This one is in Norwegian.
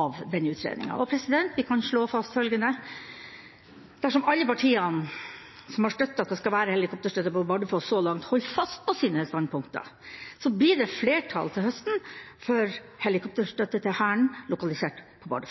av den utredningen. Vi kan slå fast følgende: Dersom alle partiene som har støttet at det skal være helikopterstøtte på Bardufoss så langt, holder fast på sine standpunkter, blir det flertall til høsten for helikopterstøtte til Hæren lokalisert på